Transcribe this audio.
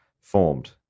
formed